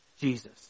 Jesus